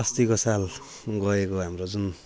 अस्तिको साल गएको हाम्रो जुन